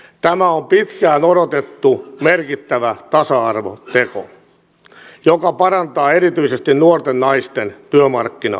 tämä on pitkään odotettu merkittävä tasa arvoteko joka parantaa erityisesti nuorten naisten työmarkkina asemaa